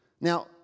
Now